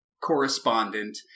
correspondent